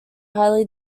highly